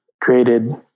created